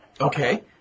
Okay